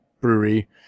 brewery